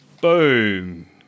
Boom